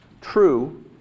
true